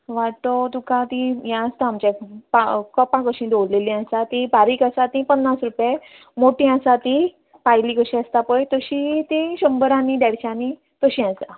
वांटो तुका तीं हें आसता आमचें पा कपां कशीं दोवल्लेलीं आसा तीं बारीक आसा तीं पन्नास रुपेय मोटी आसा तीं कायली कशी आसता पय तशीं तीं शंबरानी देडश्यांनी तशीं आसा